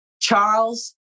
Charles